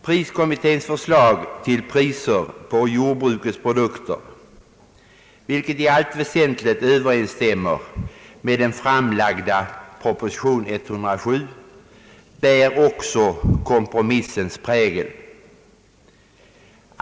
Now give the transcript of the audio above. Priskommitténs förslag till priser på jordbrukets produkter, vilket i allt väsentligt överensstämmer med den fram lagda propositionen nr 107, bär också kompromissens prägel.